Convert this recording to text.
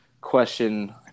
question